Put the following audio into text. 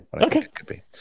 Okay